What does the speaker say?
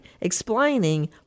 explaining